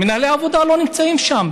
מנהלי עבודה לא נמצאים שם.